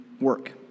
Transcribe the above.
work